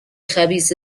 خبیث